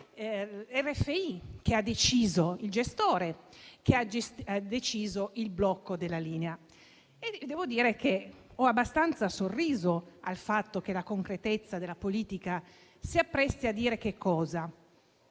È il gestore che ha deciso il blocco della linea. Io ho abbastanza sorriso al fatto che la concretezza della politica si appresti a dire che questo